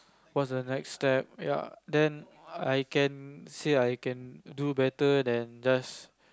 what's the next step ya then I can say I can do better than just